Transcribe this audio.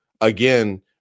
again